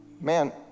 man